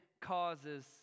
causes